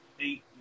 eight